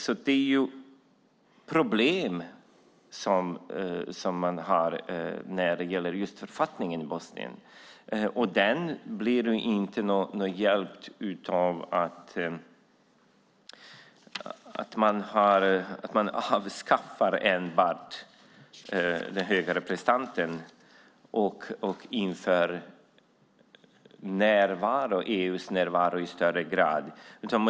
Man har alltså problem när det gäller författningen i Bosnien. Den blir inte hjälpt av att man enbart avskaffar den höga representanten och inför EU:s närvaro i högre grad.